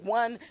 one